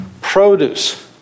Produce